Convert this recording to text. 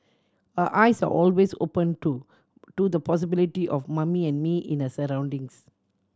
her eyes are always open too to the possibility of Mummy and Me in the surroundings